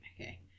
okay